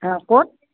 हा कोण